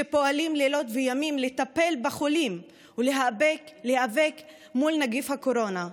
שפועלים לילות וימים לטפל בחולים ולהיאבק בנגיף הקורונה,